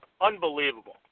Unbelievable